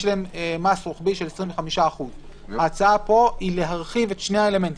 יש להם מס רוחבי של 25%. ההצעה פה היא להרחיב את שני האלמנטים.